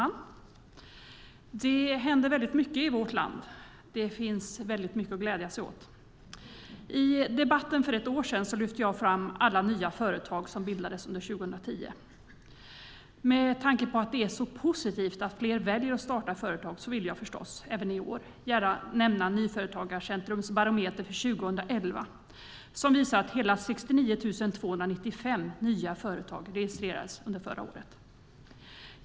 Fru talman! Det händer väldigt mycket i vårt land. Det finns väldigt mycket att glädja sig åt. I debatten för ett år sedan lyfte jag fram alla nya företag som bildades under 2010. Med tanke på att det är så positivt att fler väljer att starta företag vill jag förstås även i år gärna nämna Nyföretagarcentrums barometer för 2011. Den visar att hela 69 295 nya företag registrerades under förra året.